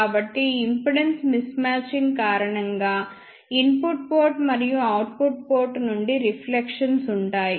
కాబట్టి ఈ impedance mismatching కారణంగా ఇన్పుట్ పోర్ట్ మరియు అవుట్పుట్ పోర్ట్ నుండి రిఫ్లెక్షన్స్ ఉంటాయి